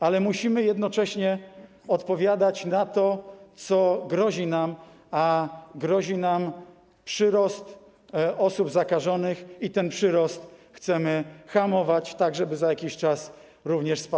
Ale musimy jednocześnie odpowiadać na to, co grozi nam, a grozi nam przyrost liczby osób zakażonych i ten przyrost chcemy hamować, tak żeby za jakiś czas on również spadał.